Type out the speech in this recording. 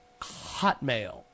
Hotmail